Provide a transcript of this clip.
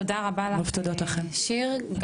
תודה רבה לך שיר.